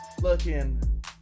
Looking